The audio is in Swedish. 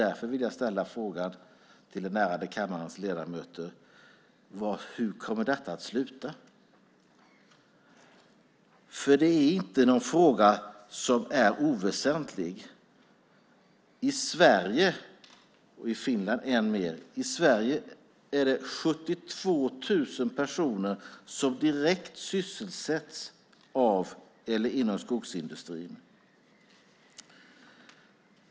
Därför vill jag ställa frågan till kammarens ärade ledamöter: Hur kommer detta att sluta? Det är ingen oväsentlig fråga. I Sverige är det 72 000 personer som direkt sysselsätts av eller inom skogsindustrin. Det är ännu fler i Finland.